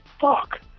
fuck